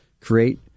create